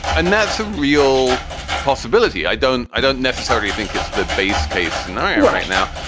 and that's a real possibility. i don't i don't necessarily think it's the base case scenario right now,